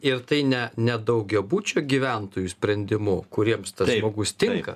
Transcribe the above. ir tai ne ne daugiabučio gyventojų sprendimu kuriems tas žmogus tinka